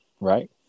right